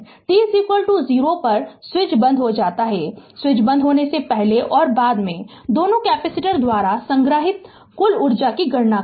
t 0 पर switch बंद हो जाता है स्विच बंद होने से पहले और बाद में दोनों कैपेसिटर द्वारा संग्रहीत कुल ऊर्जा की गणना करें